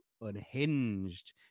unhinged